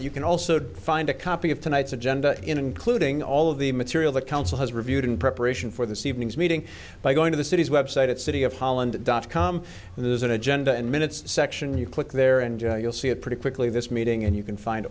you can also find a copy of tonight's agenda including all of the material the council has reviewed in preparation for this evening's meeting by going to the city's website at city of holland dot com this is an agenda and minutes section you click there and you'll see it pretty quickly this meeting and you can find